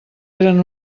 eren